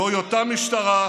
זוהי אותה משטרה,